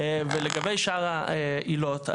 לגבי שאר העילות,